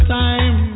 time